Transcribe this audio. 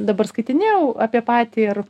dabar skaitinėjau apie patį ir